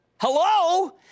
Hello